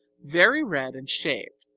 very red and shaved,